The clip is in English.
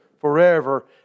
forever